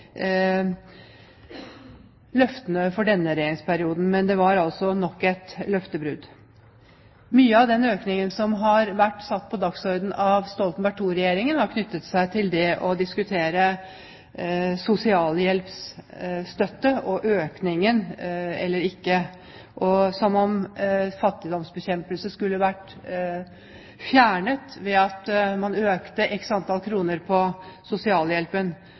for denne regjeringsperioden. Men det var altså nok et løftebrudd. Mye av den økningen som har vært satt på dagsordenen av Stoltenberg II-regjeringen, har dreid seg om å diskutere sosialhjelp, om den skulle økes eller ikke – som om fattigdom skulle vært bekjempet ved at man økte sosialhjelpen med x antall kroner.